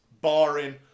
Boring